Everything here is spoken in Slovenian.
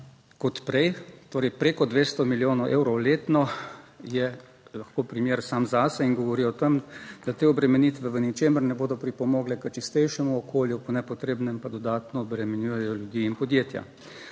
kot prej, torej preko 200 milijonov evrov letno, je lahko primer sam zase in govori o tem, da te obremenitve v ničemer ne bodo pripomogle k čistejšemu okolju, po nepotrebnem pa dodatno obremenjujejo ljudi in podjetja.